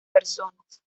personas